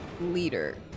leader